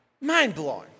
Mind-blowing